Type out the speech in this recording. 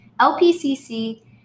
LPCC